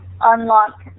unlock